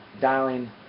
dialing